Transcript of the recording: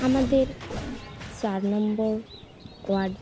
আমাদের চার number squad